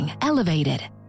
elevated